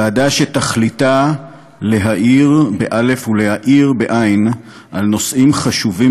ועדה שתכליתה להאיר ולהעיר על נושאים חשובים